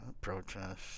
Protest